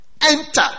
Enter